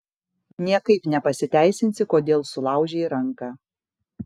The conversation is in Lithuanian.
niekaip ne pasiteisinsi kodėl sulaužei ranką